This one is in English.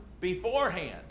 beforehand